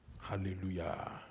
Hallelujah